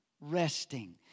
resting